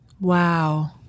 Wow